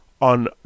on